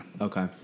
Okay